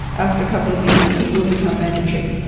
after a couple of years it will become mandatory.